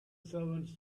servants